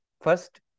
First